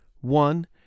One